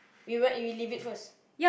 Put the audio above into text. we went we leave it first